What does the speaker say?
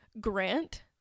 Grant